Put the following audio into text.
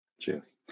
Cheers